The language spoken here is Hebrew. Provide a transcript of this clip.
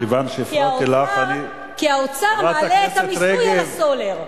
כי האוצר מעלה את המיסוי על הסולר.